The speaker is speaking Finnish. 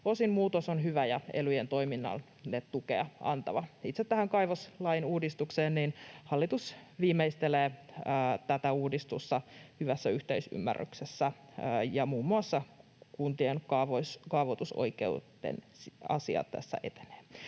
osin muutos on hyvä ja elyjen toiminnalle tukea antava. Itse tähän kaivoslain uudistukseen: hallitus viimeistelee tätä uudistusta hyvässä yhteisymmärryksessä, ja muun muassa kuntien kaavoitusoikeuden asia tässä etenee.